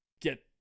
get